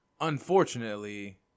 Unfortunately